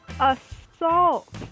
Assault